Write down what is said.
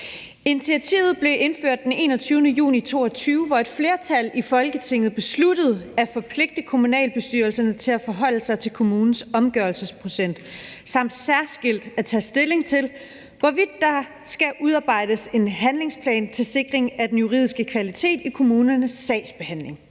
Initiativet blev indført den 21. juni 2022, hvor et flertal i Folketinget besluttede at forpligte kommunalbestyrelserne til at forholde sig til kommunens omgørelsesprocent samt til særskilt at tage stilling til, hvorvidt der skal udarbejdes en handlingsplan til sikring af den juridiske kvalitet i kommunernes sagsbehandling.